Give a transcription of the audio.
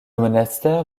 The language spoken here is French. monastère